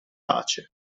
pace